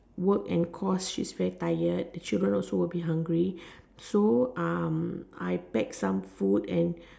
work and cause she's very tired the children also will be hungry so I pack some food and